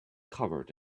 covered